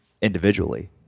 individually